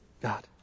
God